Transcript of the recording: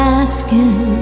asking